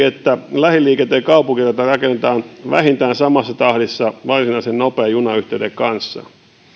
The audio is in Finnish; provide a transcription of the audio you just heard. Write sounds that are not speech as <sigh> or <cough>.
<unintelligible> että lähiliikenteen kaupunkirata rakennetaan vähintään samassa tahdissa varsinaisen nopean junayhteyden kanssa